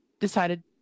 decided